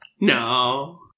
No